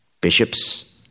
bishops